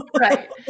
Right